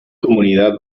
comunidad